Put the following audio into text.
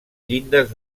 llindes